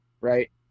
right